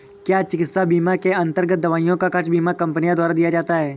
क्या चिकित्सा बीमा के अन्तर्गत दवाइयों का खर्च बीमा कंपनियों द्वारा दिया जाता है?